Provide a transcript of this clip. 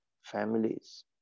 families